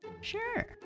Sure